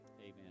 amen